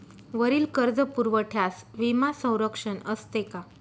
वरील कर्जपुरवठ्यास विमा संरक्षण असते का?